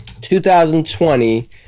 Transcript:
2020